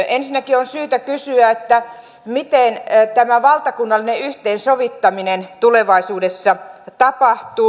ensinnäkin on syytä kysyä miten tämä valtakunnallinen yhteensovittaminen tulevaisuudessa tapahtuu